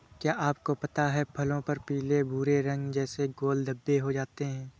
क्या आपको पता है फलों पर पीले भूरे रंग जैसे गोल धब्बे हो जाते हैं?